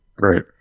Right